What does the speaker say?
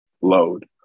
load